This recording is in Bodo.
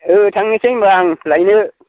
औ थांनोसै होनबा आं लायनो